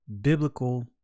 biblical